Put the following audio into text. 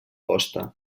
hoste